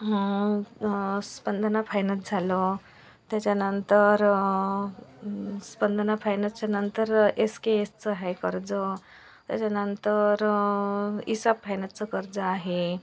Spandana finance झालं त्याच्यानंतर स्पंदना फायनासच्या नंतर येस के येसचं आहे कर्ज त्याच्यानंतर ईसाप फायनान्सचं कर्ज आहे